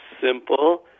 simple